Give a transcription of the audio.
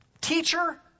teacher